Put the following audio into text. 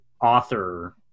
author